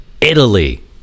Italy